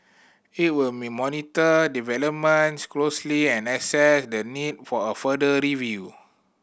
it will monitor developments closely and assess the need for a further review